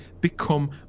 become